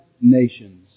nations